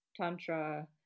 Tantra